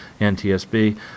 NTSB